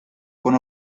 con